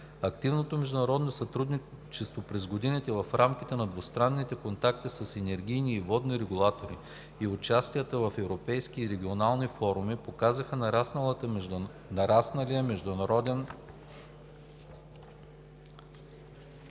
Активното международно сътрудничество през годината в рамките на двустранните контакти с енергийни и водни регулатори и участията в европейските и регионални форуми показаха нарасналия международен